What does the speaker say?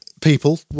people